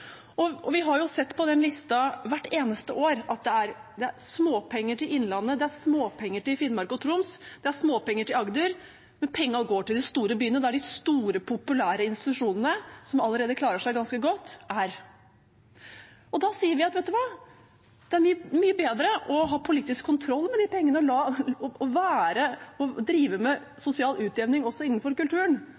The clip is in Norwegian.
Og vi har jo sett på den lista hvert eneste år at det er småpenger til Innlandet, det er småpenger til Finnmark og Troms, det er småpenger til Agder. Pengene går til de store byene, der de store populære institusjonene, som allerede klarer seg ganske godt, er. Da sier vi: Vet du hva, det er mye bedre å ha politisk kontroll med de pengene og drive med sosial utjevning også innenfor kulturen,